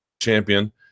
champion